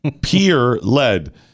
Peer-led